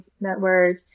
network